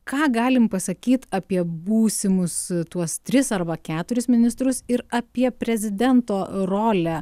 ką galim pasakyt apie būsimus tuos tris arba keturis ministrus ir apie prezidento rolę